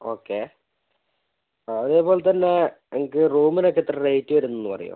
okay അതേപോലെത്തന്നെ ഞങ്ങൾക്ക് റൂമിനൊക്കെ എത്രയാണ് റേറ്റ് വരുന്നതെന്ന് ഒന്ന് പറയുമോ